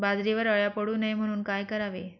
बाजरीवर अळ्या पडू नये म्हणून काय करावे?